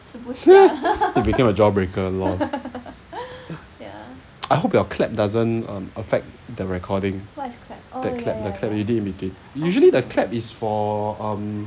it became a jaw breaker lor I hope your clap doesn't um affect the recording that clap the clap you did in between usually the clap is for um